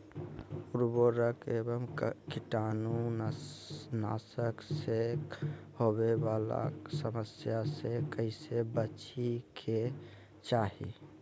उर्वरक एवं कीटाणु नाशक से होवे वाला समस्या से कैसै बची के चाहि?